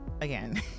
again